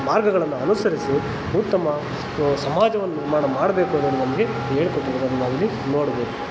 ಮಾರ್ಗಗಳನ್ನು ಅನುಸರಿಸಿ ಉತ್ತಮ ಸಮಾಜವನ್ನು ನಿರ್ಮಾಣ ಮಾಡಬೇಕು ಅನ್ನೋದು ನಮಗೆ ಹೇಳ್ಕೊಟ್ಟಿರೋದನ್ನು ನಾವಿಲ್ಲಿ ನೋಡ್ಬೋದು